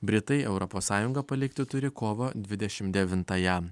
britai europos sąjungą palikti turi kovo dvidešim devintąją